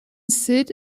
sit